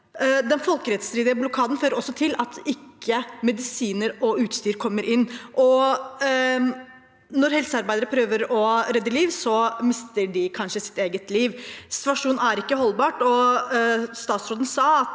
Den folkerettsstridige blokaden fører også til at medisiner og utstyr ikke kommer inn, og når helsearbeidere prøver å redde liv, mister de kanskje sitt eget liv. Situasjonen er ikke holdbar. Utenriksministeren sa